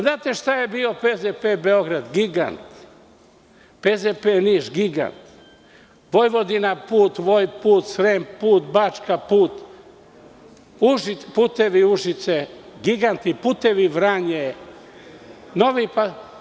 Znate šta je bio „PZP Beograd“ – gigant, „PZP Niš“ – gigant, „Vojvodina put“, „Srem put“, „Bačka put“, „Putevi Užice“, „Putevi Vranje“ – giganti.